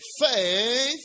faith